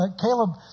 Caleb